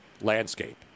landscape